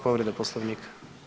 Povreda Poslovnika.